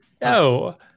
No